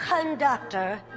conductor